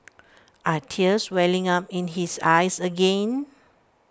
are tears welling up in his eyes again